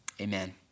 amen